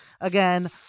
again